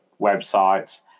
websites